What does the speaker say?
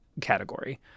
category